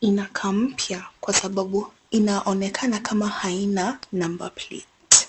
inakaa mpya kwa sababu inaonekana kama haina number plate .